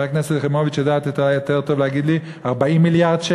חברת הכנסת יחימוביץ יודעת יותר טוב לומר 40 מיליארד דולר,